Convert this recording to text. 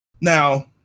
Now